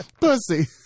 pussy